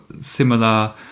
similar